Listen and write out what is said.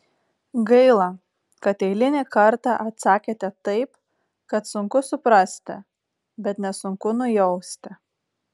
gaila kad eilinį kartą atsakėte taip kad sunku suprasti bet nesunku nujausti